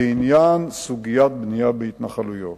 בסוגיית הבנייה בהתנחלויות,